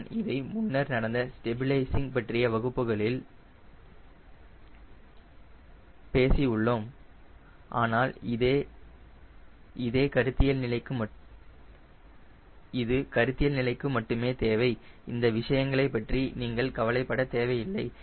நான் இதை முன்னர் நடந்த ஸ்டெபிலைஸிங் பற்றிய வகுப்புகளில் பேசி உள்ளோம் ஆனால் இது கருத்தியல் நிலைக்கு மட்டுமே தேவை இந்த விஷயங்களைப் பற்றி நீங்கள் கவலைப்பட தேவையில்லை